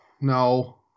No